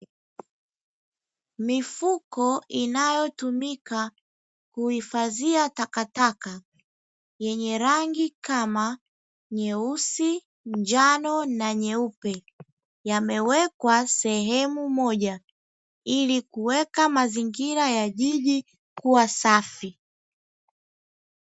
Mifuko inayotumika kuhifadhia takataka, yenye rangi kama: nyeusi, njano na nyeupe, yamewekwa sehemu moja, ili kuweka mazingira ya jiji kuwa safi.